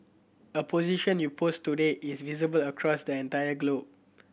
a position you post today is visible across the entire globe